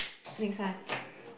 next one